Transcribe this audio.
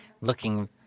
Looking